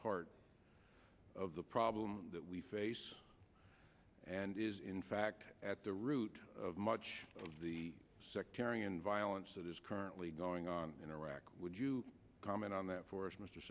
part of the problem that we face and is in fact at the root of much of the sectarian violence that is currently going on in iraq would you comment on that for